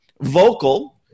vocal